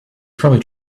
probably